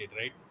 right